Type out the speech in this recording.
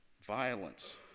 violence